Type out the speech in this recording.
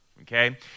okay